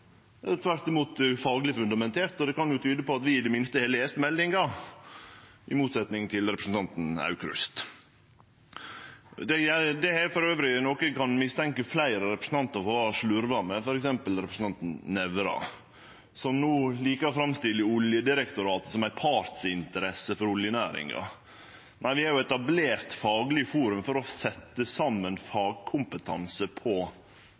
tvert imot fagleg fundamentert, og det kan jo tyde på at vi i det minste har lese meldinga, i motsetning til representanten Aukrust. Det er elles noko ein kan mistenkje fleire representantar for å ha slurva med, f.eks. representanten Nævra, som no likar å framstille Oljedirektoratet som ei partsinteresse for oljenæringa. Men vi har jo etablert Faglig forum for å setje saman fagkompetanse på